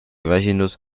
väsinud